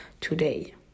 today